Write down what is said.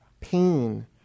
pain